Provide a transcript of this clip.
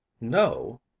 No